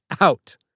Out